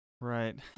Right